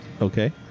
Okay